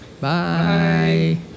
Bye